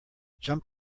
jump